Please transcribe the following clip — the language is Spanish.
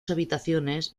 habitaciones